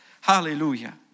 Hallelujah